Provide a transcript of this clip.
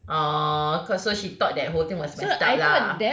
oh cause so she thought that whole thing was messed up lah